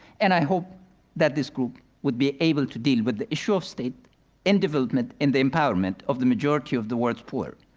and i hope that this group would be able to deal with the issue of state and development and the empowerment of the majority of the world's poor,